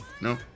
No